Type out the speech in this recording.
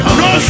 no